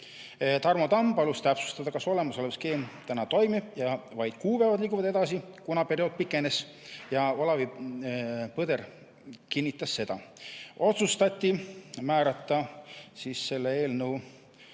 Tarmo Tamm palus täpsustada, kas olemasolev skeem täna toimib ja vaid kuupäevad lükkuvad edasi, kuna periood pikenes. Ove Põder kinnitas seda. Otsustati määrata selle eelnõu